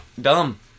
Dumb